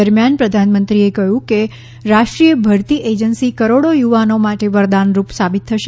દરમિયાન પ્રધાનમંત્રી નરેન્દ્ર મોદીએ કહ્યું કે રાષ્ટ્રીય ભરતી એજન્સી કરોડો યુવાનો માટે વરદાનરૃપ સાબિત થશે